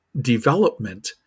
development